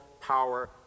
power